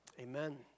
Amen